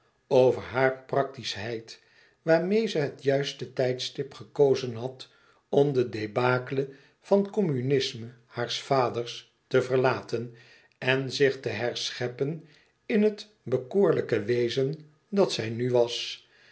over haar praktischheid waarmee ze het juiste tijdstip gekozen had om de débâcle van communisme haars vaders te verlaten en zich te herscheppen in het bekoorlijke wezen dat zij nu was